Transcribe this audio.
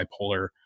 bipolar